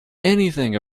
anything